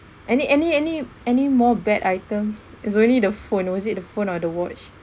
any any any any more bad items is only the phone was it the phone or the watch